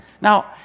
Now